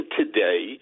today